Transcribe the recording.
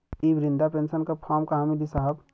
इ बृधा पेनसन का फर्म कहाँ मिली साहब?